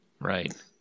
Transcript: Right